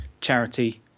charity